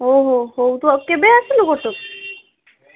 ହଉ ହଉ ହଉ ତୁ ଆଉ କେବେ ଆସିଲୁ କଟକ